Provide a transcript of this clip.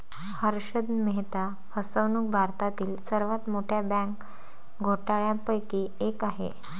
हर्षद मेहता फसवणूक भारतातील सर्वात मोठ्या बँक घोटाळ्यांपैकी एक आहे